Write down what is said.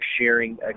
sharing